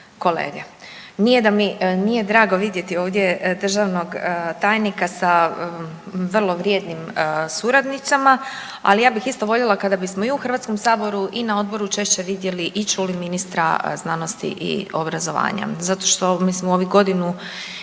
nije da mi nije drago vidjeti ovdje državnog tajnika sa vrlo vrijednim suradnicama, ali ja bi isto voljela kada bismo i u Hrvatskom saboru i na odboru češće vidjeli i čuli ministra znanosti i obrazovanja. Zato što mislim u ovih godinu